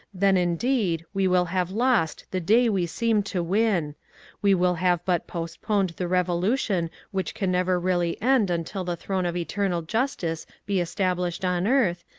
then, indeed, we will have lost the day we seem to win we will have but postponed the revolution which can never really end until the throne of eternal justice be established on earth,